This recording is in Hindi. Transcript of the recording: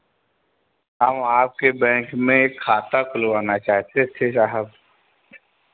हम आपके बैंक में खाता खुलवाना चाहते थे साहब